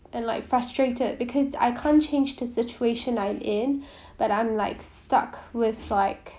and like frustrated because I can't change the situation I'm in but I'm like stuck with like